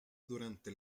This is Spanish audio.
durante